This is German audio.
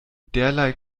derlei